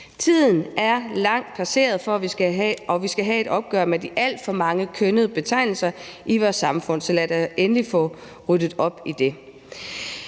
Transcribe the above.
det er langt passeret, og vi skal have et opgør med de alt for mange kønnede betegnelser i vores samfund. Så lad os da endelig få ryddet op i det.